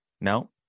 No